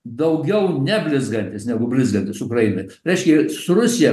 daugiau neblizgantys negu blizgantys ukrainoj reiškia su rusija